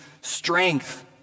strength